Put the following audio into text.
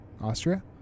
austria